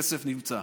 הכסף נמצא.